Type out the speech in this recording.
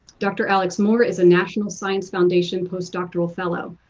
dr. alex moore is a national science foundation post-doctoral fellow.